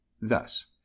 Thus